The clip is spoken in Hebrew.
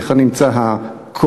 היכן נמצא הכוח.